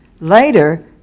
Later